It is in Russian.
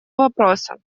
вопроса